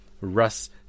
Russ